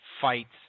fights